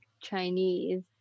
Chinese